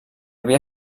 havia